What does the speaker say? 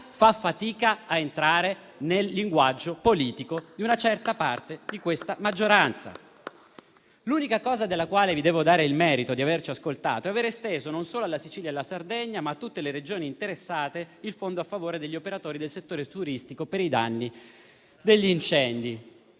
fanno fatica ad entrare nel linguaggio politico di una certa parte di questa maggioranza. L'unica cosa della quale vi devo dare il merito di averci ascoltato è aver esteso non solo alla Sicilia e la Sardegna, ma a tutte le Regioni interessate, il fondo a favore degli operatori del settore turistico per i danni degli incendi.